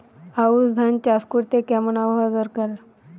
আউশ ধান চাষ করতে কেমন আবহাওয়া দরকার?